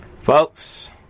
Folks